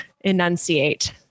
enunciate